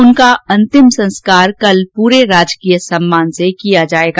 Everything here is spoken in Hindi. उनका अंतिम संस्कार कल पूरे राजकीय सम्मान से किया जाएगा